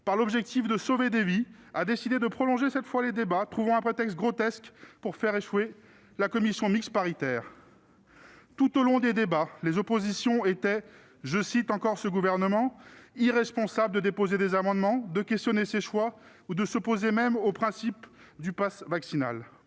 par l'objectif de sauver des vies a décidé cette fois de prolonger les débats, trouvant un prétexte grotesque pour faire échouer la commission mixte paritaire ! Tout au long des débats, les oppositions étaient- je cite le Gouvernement -« irresponsables » de déposer des amendements, de questionner ses choix ou de s'opposer au principe même du passe vaccinal.